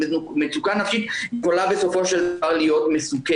כי היא יכולה להיות בסופו של דבר מסוכנת.